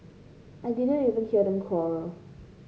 I didn't even hear them quarrel